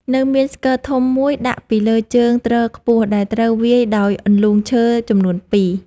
នៅមានស្គរធំមួយដាក់ពីលើជើងទ្រខ្ពស់ ដែលត្រូវវាយដោយអន្លូងឈើចំនួនពីរ។